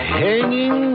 hanging